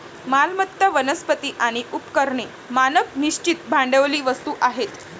मालमत्ता, वनस्पती आणि उपकरणे मानक निश्चित भांडवली वस्तू आहेत